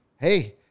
Hey